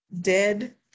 dead